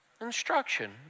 Instruction